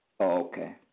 Okay